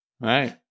right